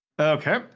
Okay